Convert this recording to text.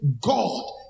God